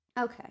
Okay